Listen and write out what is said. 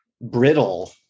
brittle